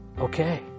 Okay